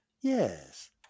Yes